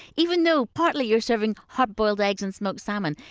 even though partly you're serving hard-boiled eggs and smoked salmon.